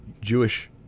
Jewish